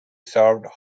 served